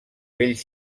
vell